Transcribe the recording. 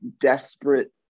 desperate